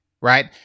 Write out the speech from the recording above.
right